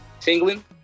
tingling